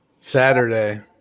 Saturday